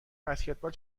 بسکتبال